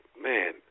Man